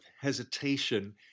hesitation